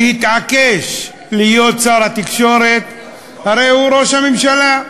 שהתעקש להיות שר התקשורת, הרי הוא ראש הממשלה.